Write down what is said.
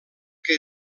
que